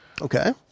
Okay